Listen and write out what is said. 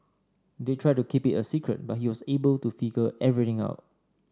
they tried to keep it a secret but he was able to figure everything out